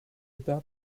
that